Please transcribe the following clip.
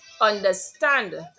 understand